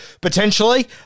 Potentially